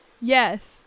Yes